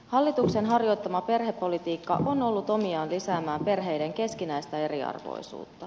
hallituksen harjoittama perhepolitiikka on ollut omiaan lisäämään perheiden keskinäistä eriarvoisuutta